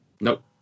Nope